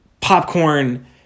Popcorn